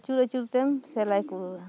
ᱟᱹᱪᱩᱨ ᱟᱹᱪᱩᱨ ᱛᱮᱢ ᱥᱮᱞᱟᱭ ᱠᱩᱞᱟᱹᱣᱟ